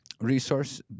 Resource